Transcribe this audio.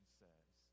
says